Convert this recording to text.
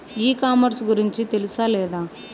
ఈ కామర్స్ గురించి తెలుసా లేదా?